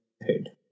head